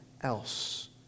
else